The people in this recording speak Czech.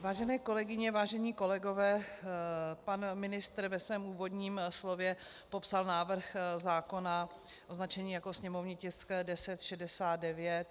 Vážené kolegyně, vážení kolegové, pan ministr ve svém úvodním slově popsal návrh zákona označený jako sněmovní tisk 1069.